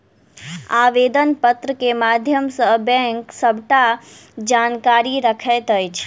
आवेदन पत्र के माध्यम सॅ बैंक सबटा जानकारी रखैत अछि